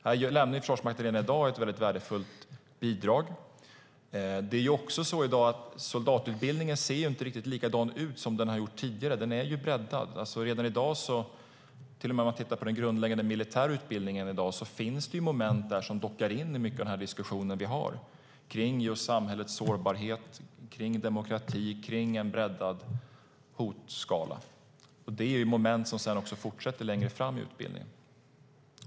Här lämnar Försvarsmakten redan i dag ett mycket värdefullt bidrag. Det är också så att soldatutbildningen i dag inte ser riktigt likadan ut som tidigare. Den är breddad. Redan i dag, till och med om man tittar på den grundläggande militära utbildningen, finns det moment som dockar in i mycket av den diskussion som vi har kring just samhällets sårbarhet, demokrati och en breddad hotskala. Det är moment som sedan också fortsätter längre fram i utbildningen.